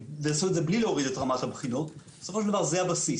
ויעשו את זה בלי להוריד את רמת הבחינות בסופו של דבר זה הבסיס.